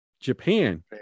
Japan